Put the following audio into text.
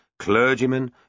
clergymen